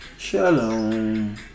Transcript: Shalom